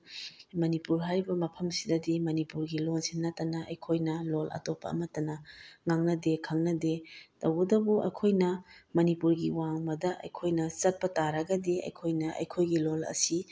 ꯃꯅꯤꯄꯨꯔ ꯍꯥꯏꯔꯤꯕ ꯃꯐꯝꯁꯤꯗꯗꯤ ꯃꯅꯤꯄꯨꯔꯒꯤ ꯂꯣꯜꯁꯤ ꯅꯠꯇꯅ ꯑꯩꯈꯣꯏꯅ ꯂꯣꯜ ꯑꯇꯣꯞꯄ ꯑꯃꯠꯇꯅ ꯉꯥꯡꯅꯗꯦ ꯈꯪꯅꯗꯦ ꯇꯧꯕꯇꯕꯨ ꯑꯩꯈꯣꯏꯅ ꯃꯅꯤꯄꯨꯔꯒꯤ ꯋꯥꯡꯃꯗ ꯑꯩꯈꯣꯏꯅ ꯆꯠꯄ ꯇꯥꯔꯒꯗꯤ ꯑꯩꯈꯣꯏꯅ ꯑꯩꯈꯣꯏꯒꯤ ꯂꯣꯜ ꯑꯁꯤ